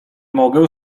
mogę